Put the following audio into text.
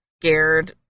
scared